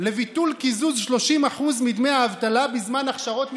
לביטול קיזוז 30% מדמי האבטלה בזמן הכשרות מקצועיות.